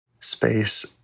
space